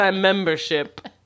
membership